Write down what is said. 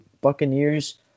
Buccaneers